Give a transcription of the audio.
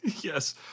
Yes